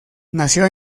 nació